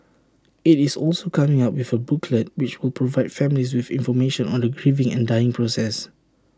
IT is also coming up with A booklet which will provide families with information on the grieving and dying process